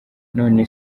none